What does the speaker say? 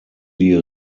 die